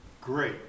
Great